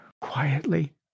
quietly